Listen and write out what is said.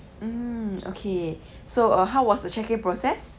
mm okay so uh how was the check in process